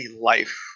life